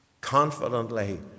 confidently